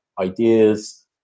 ideas